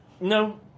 No